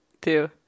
two